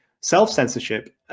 self-censorship